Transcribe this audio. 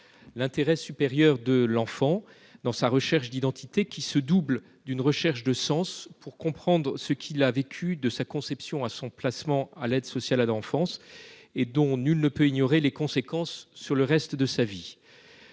L'intérêt supérieur de l'enfant dans sa recherche d'identité se double d'une recherche de sens, pour comprendre ce qu'il a vécu de sa conception à son placement auprès de l'aide sociale à l'enfance (ASE) et dont nul ne peut ignorer les conséquences sur le reste de sa vie.